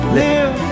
live